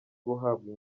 guhabwa